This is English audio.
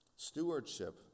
Stewardship